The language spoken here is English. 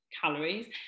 calories